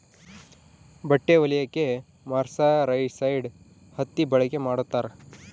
ಬಟ್ಟೆ ಹೊಲಿಯಕ್ಕೆ ಮರ್ಸರೈಸ್ಡ್ ಹತ್ತಿ ಬಳಕೆ ಮಾಡುತ್ತಾರೆ